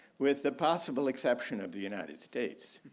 with the possible exception of the united states.